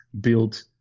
build